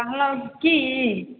कहलहुँ की